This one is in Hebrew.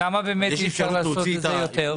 למה באמת אי אפשר לעשות את זה יותר?